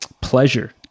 pleasure